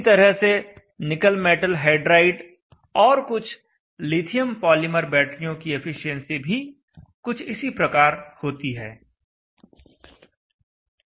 इसी तरह से निकल मेटल हाइड्राइड और कुछ लिथियम पॉलीमर बैटरियों की एफिशिएंसी भी कुछ इसी प्रकार होती है